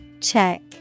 Check